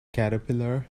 caterpillar